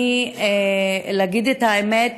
ולהגיד את האמת,